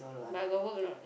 but I got work or not